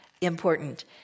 important